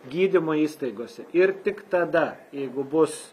gydymo įstaigose ir tik tada jeigu bus